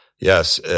Yes